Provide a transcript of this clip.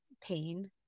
pain